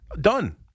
done